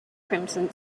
crimson